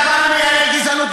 אתה בא ומיילל: גזענות,